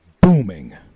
booming